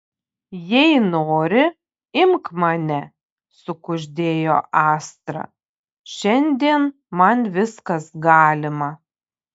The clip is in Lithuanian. jei nori imk mane sukuždėjo astra šiandien man viskas galima